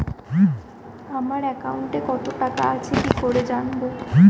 আমার একাউন্টে টাকা কত আছে কি ভাবে জানবো?